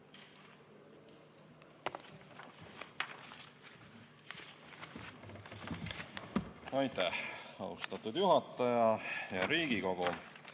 Aitäh, austatud juhataja! Hea Riigikogu!